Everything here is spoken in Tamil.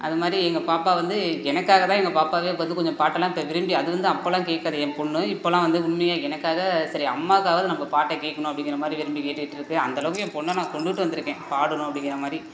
அதுமாதிரி எங்கள் பாப்பா வந்து எனக்காக தான் எங்கள் பாப்பாவே இப்போ வந்து கொஞ்சம் பாட்டெல்லாம் இப்போ விரும்பி அது வந்து அப்பெல்லாம் கேட்காது என் பொண்ணு இப்பெல்லாம் வந்து உண்மையாக எனக்காக சரி அம்மாவுக்காவது நம்ப பாட்டை கேட்கணும் அப்படிங்கறமாரி விரும்பி கேட்டுக்கிட்டு இருக்கு அந்த அளவுக்கு என் பொண்ண நான் கொண்டுகிட்டு வந்துருக்கேன் பாடணும் அப்படிங்கறாமாரி